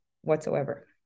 whatsoever